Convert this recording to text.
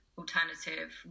alternative